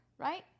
Right